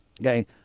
Okay